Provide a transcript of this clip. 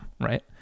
right